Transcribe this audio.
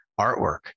artwork